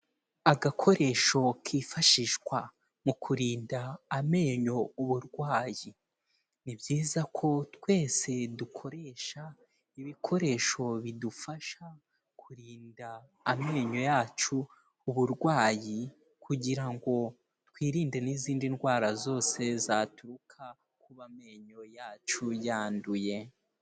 Agakoresho kifashishwa mu kurinda amenyo uburwayi, ni byiza ko twese dukoresha ibikoresho bidufasha kurinda amenyo yacu uburwayi, kugira ngo twirinde n'izindi ndwara zose zaturuka kuba amenyo yacu yanduye.